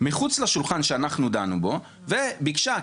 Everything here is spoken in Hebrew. מחוץ לשולחן שאנחנו דנו בו וביקשה,